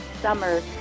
summer